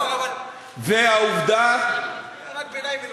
לא, אבל הערת ביניים מנומסת.